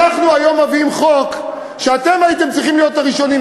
אנחנו היום מביאים חוק שאתם הייתם צריכים להיות הראשונים,